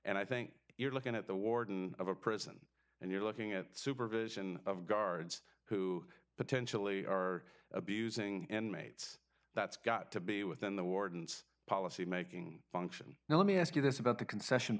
and i think you're looking at the warden of a prison and you're looking at supervision of guards who potentially are abusing and mates that's got to be within the warden's policymaking function now let me ask you this about the concession